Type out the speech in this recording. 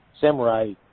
samurai